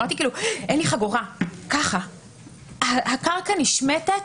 הקרקע נשמטת